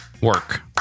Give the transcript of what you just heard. work